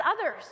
others